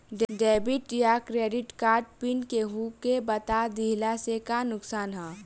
Debit या credit card PIN केहूके बता दिहला से का नुकसान ह?